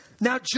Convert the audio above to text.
Now